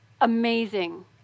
amazing